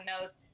knows